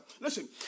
Listen